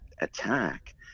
attack